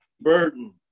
Burton